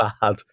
bad